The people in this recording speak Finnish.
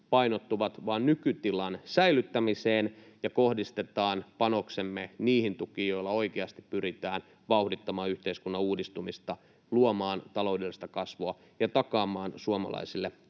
vain nykytilan säilyttämiseen, ja kohdistetaan panoksemme niihin tukiin, joilla oikeasti pyritään vauhdittamaan yhteiskunnan uudistumista, luomaan taloudellista kasvua ja takaamaan suomalaisille